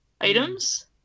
items